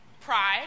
pride